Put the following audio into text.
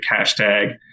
hashtag